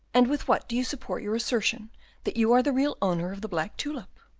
and with what do you support your assertion that you are the real owner of the black tulip?